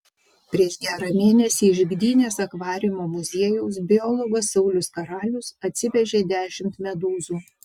prieš gerą mėnesį iš gdynės akvariumo muziejaus biologas saulius karalius atsivežė dešimt medūzų